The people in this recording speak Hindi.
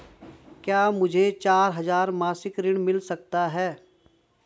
क्या मुझे चार हजार मासिक ऋण मिल सकता है?